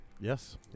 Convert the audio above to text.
Yes